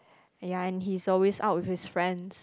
ya and he's always out with his friends